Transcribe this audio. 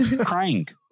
crank